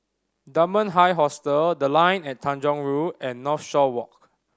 Dunman High Hostel The Line at Tanjong Rhu and Northshore Walk